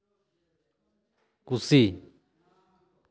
ᱠᱷᱩᱥᱤ